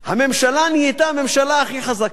הממשלה נהייתה הממשלה הכי חזקה,